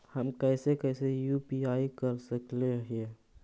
हम कैसे कैसे यु.पी.आई कर सकली हे?